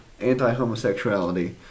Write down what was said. anti-homosexuality